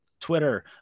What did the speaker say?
twitter